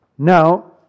Now